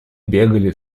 бегали